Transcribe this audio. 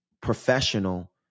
professional